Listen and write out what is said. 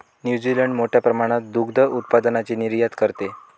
New Zealand मोठ्या प्रमाणात दुग्ध उत्पादनाची निर्यात करते